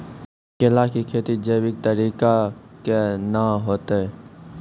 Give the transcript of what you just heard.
केला की खेती जैविक तरीका के ना होते?